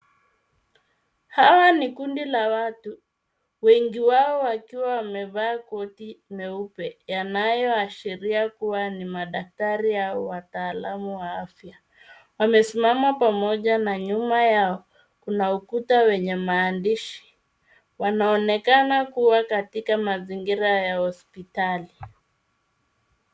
Hawa ni kundi la watu, wengiwao wakiwa wamevaa koti meupe yanayoashiria kua ni madaktari au wataalamu wa afya. Wamesimama pamoja na nyuma yao kuna ukuta wenye maandishi. Wanaonekana kua katika mazingira ya hospitali.